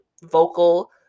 vocal